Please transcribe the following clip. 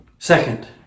Second